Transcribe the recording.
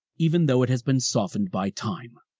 even though it has been softened by time.